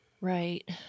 Right